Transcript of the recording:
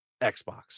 Xbox